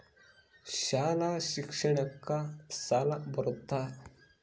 ಶಾಲಾ ಶಿಕ್ಷಣಕ್ಕ ಸಾಲ ಬರುತ್ತಾ?